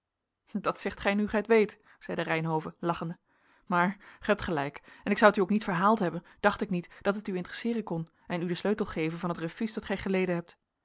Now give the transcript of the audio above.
dat zegt gij nu gij t weet zeide reynhove lachende maar gij hebt gelijk en ik zou het u ook niet verhaald hebben dacht ik niet dat het u interesseeren kon en u den sleutel geven van het refus dat gij geleden hebt